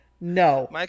no